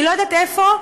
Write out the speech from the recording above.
אני לא יודעת איפה,